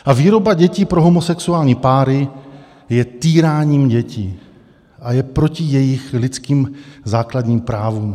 A výroba dětí pro homosexuální páry je týráním dětí a je proti jejich lidským základním právům.